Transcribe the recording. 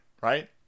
right